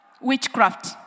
witchcraft